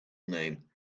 name